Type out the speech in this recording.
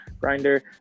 grinder